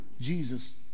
Jesus